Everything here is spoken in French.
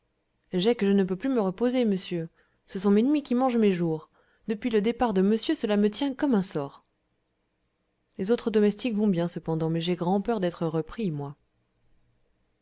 j'ai que je ne peux plus me reposer monsieur ce sont mes nuits qui mangent mes jours depuis le départ de monsieur cela me tient comme un sort les autres domestiques vont bien cependant mais j'ai grand peur d'être repris moi